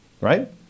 Right